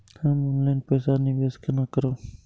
हम ऑनलाइन पैसा निवेश केना करब?